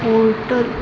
portal